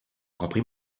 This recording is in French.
compris